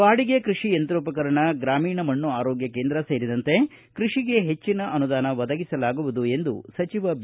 ಬಾಡಿಗೆ ಕೃಷಿ ಯಂತ್ರೋಪಕರ ಗ್ರಾಮಿಣ ಮಣ್ಣು ಆರೋಗ್ಯ ಕೇಂದ್ರ ಸೇರಿದಂತೆ ಕೃಷಿಗೆ ಹೆಚ್ಚಿನ ಅನುದಾನ ಒದಗಿಸಲಾಗುವುದು ಎಂದು ಸಚಿವ ಬಿ